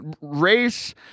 race